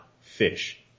fish